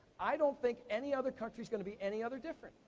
i don't think any other country's gonna be any other different.